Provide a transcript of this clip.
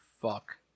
fuck